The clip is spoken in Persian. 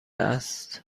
است